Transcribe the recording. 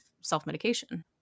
self-medication